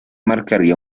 marcaría